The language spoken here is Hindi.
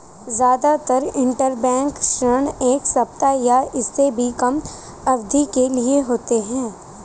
जादातर इन्टरबैंक ऋण एक सप्ताह या उससे भी कम अवधि के लिए होते हैं